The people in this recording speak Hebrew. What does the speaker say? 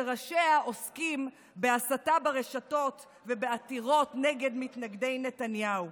שראשיה עוסקים בהסתה ברשתות ובעתירות נגד מתנגדי נתניהו.